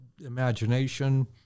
Imagination